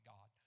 God